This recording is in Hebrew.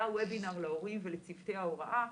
היה וובינר להורים ולצוותי ההוראה,